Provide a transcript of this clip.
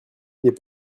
des